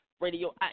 radio